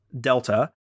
Delta